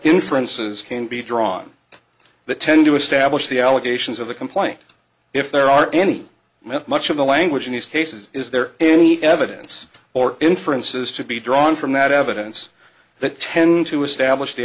inferences can be drawn that tend to establish the allegations of the complaint if there are any move much of the language in these cases is there any evidence or inferences to be drawn from that evidence that tend to establish the